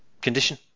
condition